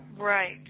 Right